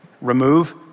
Remove